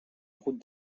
route